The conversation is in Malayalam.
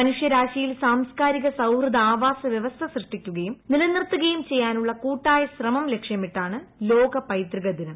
മനുഷ്യ രാശിയിൽ സാംസ്കാരിക സൌഹൃദ ആവാസ വ്യവസ്ഥ സൃഷ്ടിക്കുകയും നിലനിർത്തുകയും ചെയ്യാനുള്ള കൂട്ടായ ശ്രമം ലക്ഷ്യമിട്ടാണ് ലോക പൈതൃക ദിനം